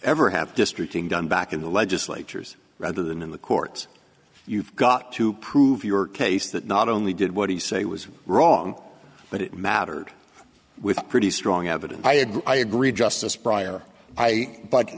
ever have to strip thing done back in the legislatures rather than in the courts you've got to prove your case that not only did what he say was wrong but it mattered with pretty strong evidence i agree i agree justice pryor i b